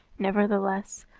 nevertheless,